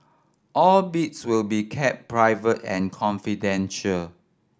all bids will be kept private and confidential